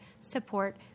support